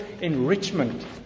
enrichment